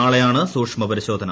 നാളെയാണ് സൂക്ഷ്മ പരിശോധന